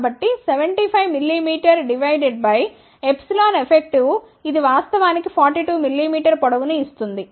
కాబట్టి 75 mm divided by ε effective ఇది వాస్తవానికి 42 mm పొడవు ను ఇస్తుంది